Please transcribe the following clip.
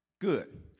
good